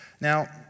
Now